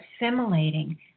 assimilating